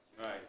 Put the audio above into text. right